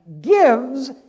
gives